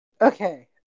okay